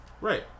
Right